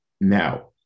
Now